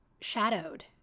shadowed